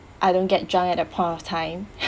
I don't get drunk at that point of time